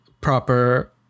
proper